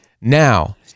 Now